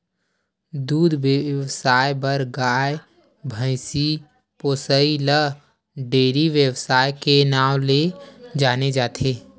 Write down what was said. दूद बेवसाय बर गाय, भइसी पोसइ ल डेयरी बेवसाय के नांव ले जाने जाथे